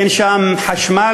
אין שם חשמל.